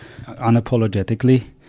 unapologetically